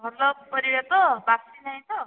ଭଲ ପରିବା ତ ବାସି ନାହିଁ ତ